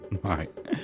Right